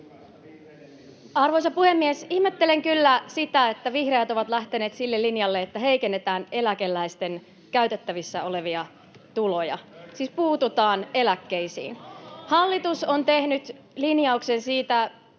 Arvoisa puhemies! Ihmettelen kyllä sitä, että vihreät ovat lähteneet sille linjalle, että heikennetään eläkeläisten käytettävissä olevia tuloja, [Perussuomalaisten ryhmästä: